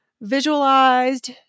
visualized